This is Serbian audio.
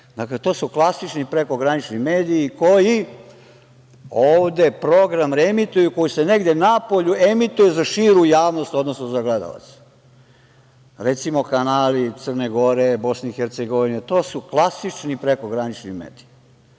Dakale, to su klasični prekogranični mediji koji ovde program reemituju koji se negde napolju emituje za širu javnost, odnosno za gledaoce, recimo kanali Crne Gore, BiH, to su klasični prekogranični mediji. Mi